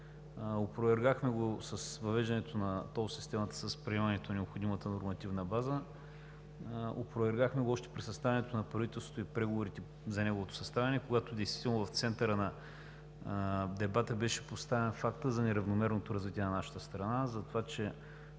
Опровергахме го с въвеждането на тол системата, с приемането на необходимата нормативна база, опровергахме го още при съставянето на правителството и преговорите за неговото съставяне, когато в центъра на дебата беше поставен фактът за неравномерното развитие на нашата страна, затова че